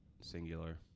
singular